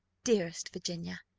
dearest virginia,